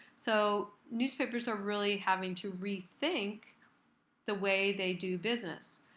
so newspapers are really having to rethink the way they do business.